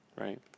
right